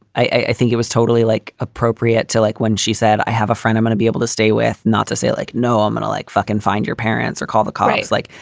i i think it was totally like appropriate to like when she said, i have a friend i want to be able to stay with. not to say like, no, i'm um and like, fuck and find your parents or call the cops. like,